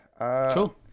Cool